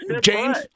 James